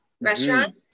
restaurant